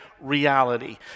reality